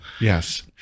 yes